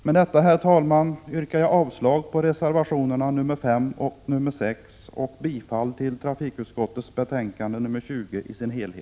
Med detta, herr talman, yrkar jag avslag på reservationerna 5 och 6 och bifall till trafikutskottets hemställan i dess betänkande nr 20.